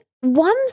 one